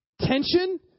Tension